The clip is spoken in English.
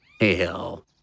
Hell